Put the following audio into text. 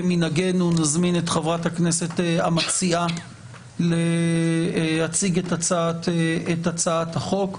כמנהגנו נזמין את חברת הכנסת המציעה להציג את הצעת החוק.